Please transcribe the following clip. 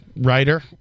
writer